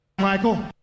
michael